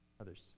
Others